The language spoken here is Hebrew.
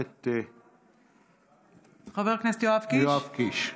חבר הכנסת יואב קיש.